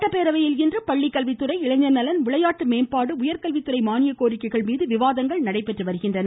சட்டப்பேரவையில் இன்று பள்ளிக்கல்வித்துறை இளைஞர் நலன் மற்றும் விளையாட்டு மேம்பாட்டு உயர்கல்வித்துறை மானியக்கோரிக்கைகள் மீது விவாதங்கள் நடைபெற்று வருகின்றன